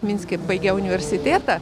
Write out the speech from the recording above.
minske baigiau universitėtą